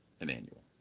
Emmanuel